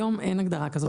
היום אין הגדרה כזאת.